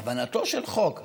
הבנתו של חוק,